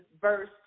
verse